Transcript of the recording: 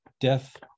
death